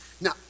Now